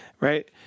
Right